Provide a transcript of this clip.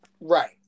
right